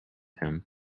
him